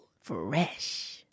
Fresh